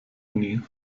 genie